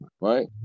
right